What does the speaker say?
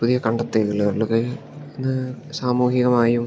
പുതിയ കണ്ടെത്തലുകളൊക്കെ ഇന്ന് സാമൂഹികമായും